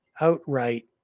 outright